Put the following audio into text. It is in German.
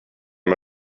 die